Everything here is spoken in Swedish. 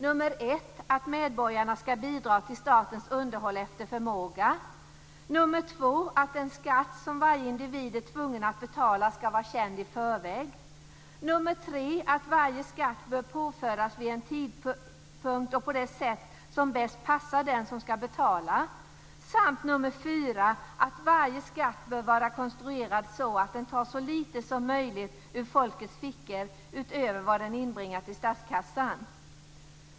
Nummer ett är att medborgarna ska bidra till statens underhåll efter förmåga, nummer två att den skatt som varje individ är tvungen att betala ska vara känd i förväg, nummer tre att varje skatt bör påföras vid en tidpunkt och på det sätt som bäst passar den som ska betala och nummer fyra att varje skatt bör vara konstruerad så att den tar så lite som möjligt ur folkets fickor utöver vad den inbringar till statskassan.